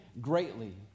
greatly